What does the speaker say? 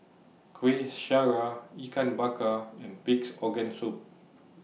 Kueh Syara Ikan Bakar and Pig'S Organ Soup